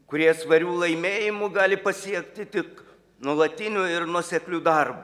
kurie svarių laimėjimų gali pasiekti tik nuolatiniu ir nuosekliu darbu